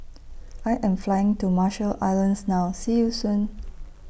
I Am Flying to Marshall Islands now See YOU Soon